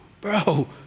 bro